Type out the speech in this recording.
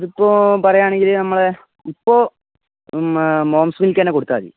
അത് ഇപ്പോൾ പറയുകയാണെങ്കിൽ നമ്മൾ ഇപ്പം മോമ്സ് മിൽക്ക് തന്നെ കൊടുത്താൽ മതി